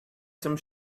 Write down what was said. some